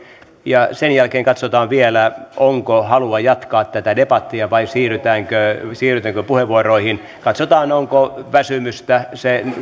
ja sen jälkeen katsotaan vielä onko halua jatkaa tätä debattia vai siirrytäänkö siirrytäänkö puheenvuoroihin katsotaan onko väsymystä se